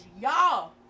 y'all